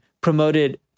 promoted